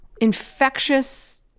infectious